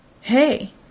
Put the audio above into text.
hey